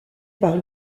par